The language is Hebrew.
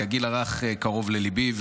כי הגיל הרך קרוב לליבי,